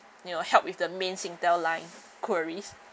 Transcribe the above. you know help with the main Singtel line queries